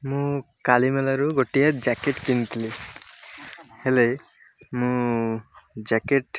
ମୁଁ କାଲିମେଳାରୁ ଗୋଟିଏ ଜ୍ୟାକେଟ୍ କିଣିଥିଲି ହେଲେ ମୁଁ ଜ୍ୟାକେଟ୍